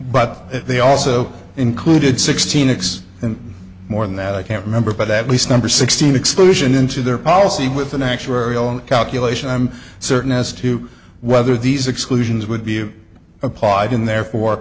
but they also included sixteen x and more than that i can't remember but at least number sixteen exclusion into their policy with an actuarial calculation i'm certain as to whether these exclusions would be applied in their for